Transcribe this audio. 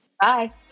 Bye